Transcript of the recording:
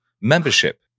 membership